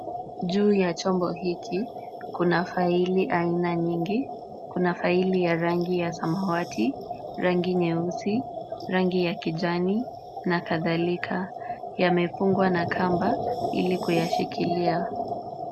Juu ya chombo hiki kuna faili aina nyingi. Kuna faili ya rangi ya samawati, rangi nyeusi, rangi ya kijani na kadhalika. Yamefungwa na kamba ili kuyashikilia.